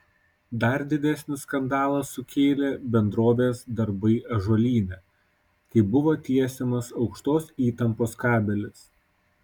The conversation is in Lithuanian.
dar didesnį skandalą sukėlė bendrovės darbai ąžuolyne kai buvo tiesiamas aukštos įtampos kabelis